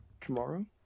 tomorrow